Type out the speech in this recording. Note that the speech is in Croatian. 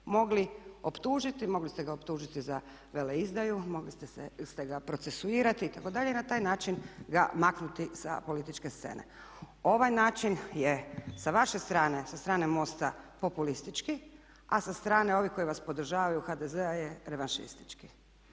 mogli optužiti, mogli ste ga optužiti za veleizdaju, mogli ste ga procesuirati itd. na taj način ga maknuti sa političke scene. Ovaj način je sa vaše strane, sa strane MOST-a populistički, a sa strane ovih koji vas podržavaju HDZ-a je revanšistički.